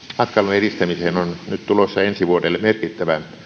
edistämiseen on nyt tulossa ensi vuodelle merkittävä